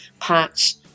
patch